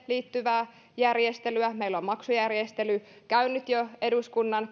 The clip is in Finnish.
liittyvää järjestelyä ja meillä on maksujärjestely käynyt jo eduskunnan